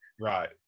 Right